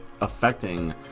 affecting